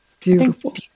Beautiful